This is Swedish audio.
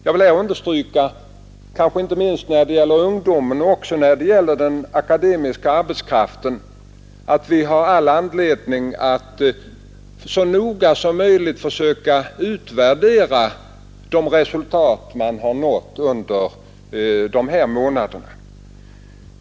Jag vill här understryka, inte minst när det gäller ungdomen och den akademiska arbetskraften, att vi har all anledning att så noga som möjligt utvärdera de resultat som nåtts de här månaderna.